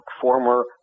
former